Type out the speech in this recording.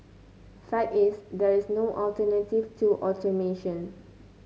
fact is there is no alternative to automation